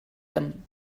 them